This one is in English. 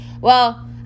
Well